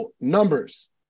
numbers